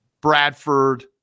Bradford